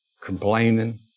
complaining